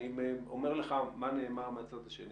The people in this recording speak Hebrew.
אני אומר לך מה נאמר מהצד השני